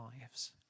lives